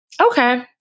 Okay